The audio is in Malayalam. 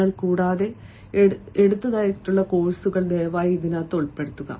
നിങ്ങൾ കൂടാതെ എടുത്ത കോഴ്സുകൾ ദയവായി ഉൾപ്പെടുത്തുക